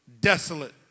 desolate